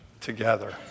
together